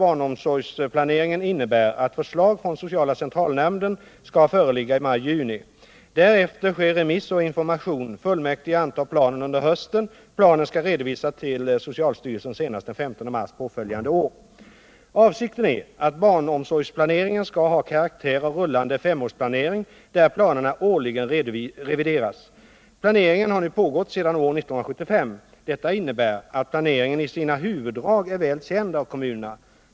Avsikten är att barnomsorgsplaneringen skall ha karaktären av rullande femårsplanering där planerna årligen revideras. Planeringen har nu pågått sedan år 1975. Detta innebär att planeringen i sina huvuddrag är väl känd av kommunerna.